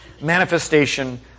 manifestation